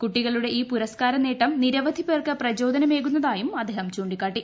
കൂട്ടികളുടെ ഈ പുരസ്കാര നേട്ടം നിരവധി പേർക്ക് പ്രചോദനമേകുന്നതായും അദ്ദേഹം ചൂണ്ടിക്കാട്ടി